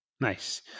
Nice